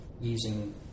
using